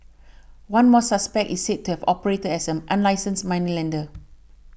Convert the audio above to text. one more suspect is said to have operated as an unlicensed moneylender